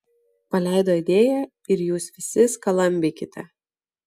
paleido idėją ir jūs visi skalambykite